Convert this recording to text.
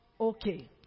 okay